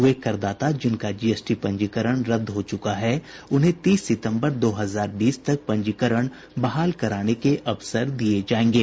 वे करदाता जिनका जीएसटी पंजीकरण रद्द हो चुका है उन्हें तीस सितंबर दो हजार बीस तक पंजीकरण बहाल कराने के अवसर दिए जाएंगे